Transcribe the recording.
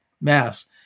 mass